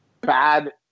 bad